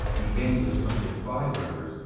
and evangelists don't just buy burgers,